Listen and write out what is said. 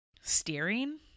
Steering